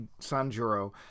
Sanjuro